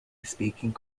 speaking